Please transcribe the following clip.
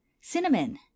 cinnamon